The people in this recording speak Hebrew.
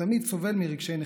תמיד סובל מרגשי נחיתות.